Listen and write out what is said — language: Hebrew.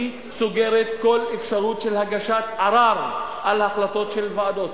סוגרת כל אפשרות של הגשת ערר על החלטות של ועדות.